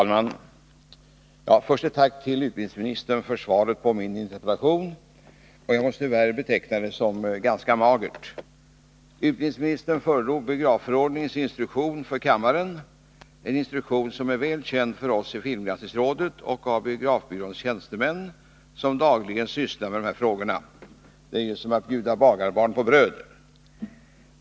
Fru talman! Först ett tack till utbildningsministern för svaret på min interpellation. Jag måste tyvärr beteckna det som ganska magert. Utbildningsministern föredrog biografförordningens instruktion för kammaren — en instruktion som är väl känd för oss i filmgranskningsrådet och av biografbyråns tjänstemän, som dagligen sysslar med dessa frågor. Det är som att bjuda bagarbarn på bröd.